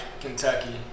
Kentucky